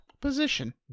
Position